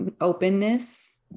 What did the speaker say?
openness